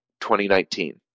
2019